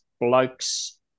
bloke's